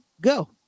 go